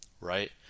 right